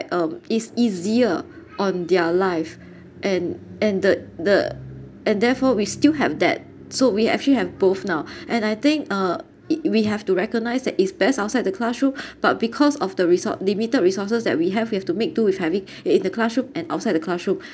um it's easier on their life and and the the and therefore we still have that so we actually have both now and I think uh it we have to recognise that its best outside the classroom but because of the resort limited resources that we have we have to make do with having in the classroom and outside the classroom